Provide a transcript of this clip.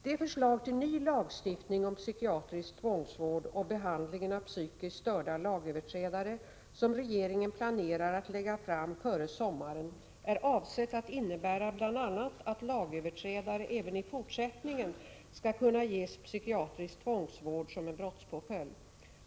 Det förslag till ny lagstiftning om psykiatrisk tvångsvård och behandlingen av psykiskt störda lagöverträdare som regeringen planerar att lägga fram före sommaren är avsett att innebära bl.a. att lagöverträdare även i fortsättningen skall kunna ges psykiatrisk tvångsvård som en brottspåföljd.